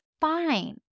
fine